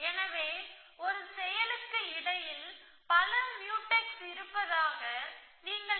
எனவே ஒரு செயலுக்கு இடையில் பல முயூடெக்ஸ் இருப்பதாக நீங்கள் நினைத்துப் பார்க்க வேண்டும்